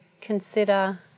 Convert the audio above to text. consider